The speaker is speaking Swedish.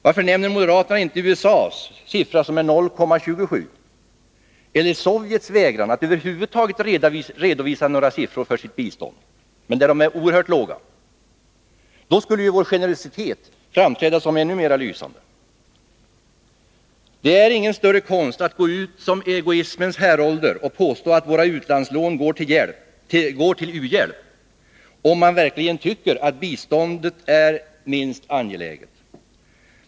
Varför nämner moderaterna inte USA:s siffra, som är 0,27 20, eller Sovjets vägran att över huvud taget redovisa några siffror för sitt bistånd — siffror som är oerhört låga? Då skulle ju vår generositet framträda som ännu mer lysande. Det är ingen större konst att gå ut som egoismens härolder och påstå att våra utlandslån går till u-hjälp, om man verkligen tycker att biståndet är minst angeläget.